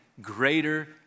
greater